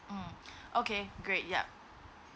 um okay great yup